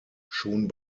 schon